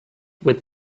with